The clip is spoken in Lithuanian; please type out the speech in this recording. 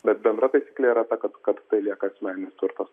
bet bendra taisyklė yra ta kad kad tai lieka asmeninis turtas